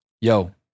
yo